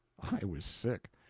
i was sick.